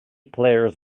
players